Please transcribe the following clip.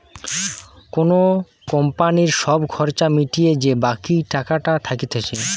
কোন কোম্পানির সব খরচা মিটিয়ে যে বাকি টাকাটা থাকতিছে